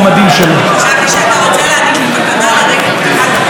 פתיחת המושב על המינוי של יעל אמיתי.